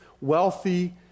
wealthy